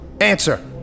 answer